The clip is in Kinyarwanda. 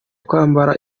kwambara